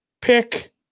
pick